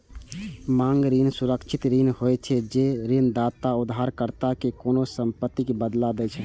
मांग ऋण सुरक्षित ऋण होइ छै, जे ऋणदाता उधारकर्ता कें कोनों संपत्तिक बदला दै छै